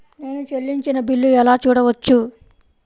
నేను చెల్లించిన బిల్లు ఎలా చూడవచ్చు?